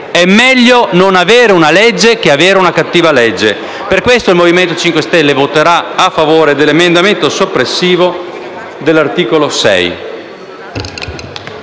è meglio non avere una legge che avere una cattiva legge. Per questo il Movimento 5 Stelle voterà a favore dell'emendamento soppressivo dell'articolo 6.